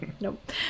Nope